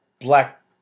black